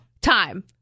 time